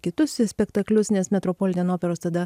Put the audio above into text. kitus spektaklius nes metropoliten operos tada